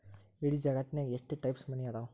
ಇಡೇ ಜಗತ್ತ್ನ್ಯಾಗ ಎಷ್ಟ್ ಟೈಪ್ಸ್ ಮನಿ ಅದಾವ